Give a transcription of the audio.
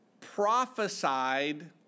prophesied